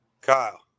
Kyle